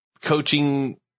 coaching